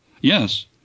Yes